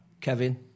Kevin